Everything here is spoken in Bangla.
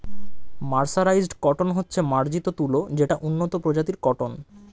মার্সারাইজড কটন হচ্ছে মার্জিত তুলো যেটা উন্নত প্রজাতির কটন